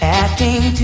acting